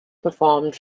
performed